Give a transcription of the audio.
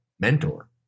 mentor